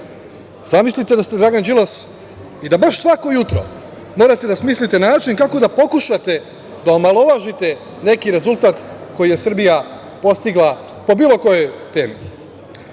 rajevima. Zamislite da ste Dragan Đilas i da baš svako jutro morate da smislite način kako da pokušate da omalovažite neki rezultat koji je Srbija postigla po bilo kojoj temi.